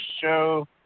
Show